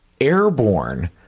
airborne